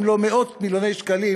אם לא מאות מיליוני שקלים,